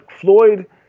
Floyd